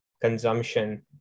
consumption